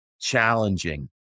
challenging